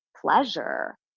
pleasure